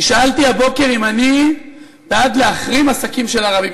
נשאלתי הבוקר אם אני בעד להחרים עסקים של ערבים,